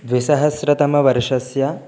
द्विसहस्रतमवर्षस्य